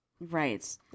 Right